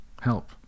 Help